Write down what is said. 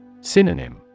Synonym